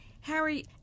Harry